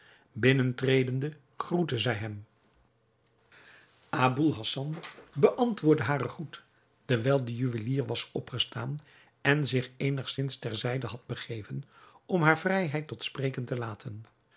binnentredende groette zij hem aboul hassan beantwoordde haren groet terwijl de juwelier was opgestaan en zich eenigzins ter zijde had begeven om haar vrijheid tot spreken te laten